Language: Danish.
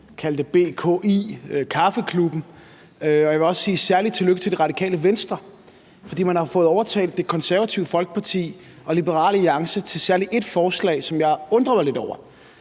kalde den BKI-kaffeklubben. Jeg vil også sige særlig tillykke til Radikale Venstre, fordi man har fået overtalt Det Konservative Folkeparti og Liberal Alliance til særlig et forslag, som jeg undrer mig lidt over,